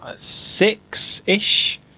six-ish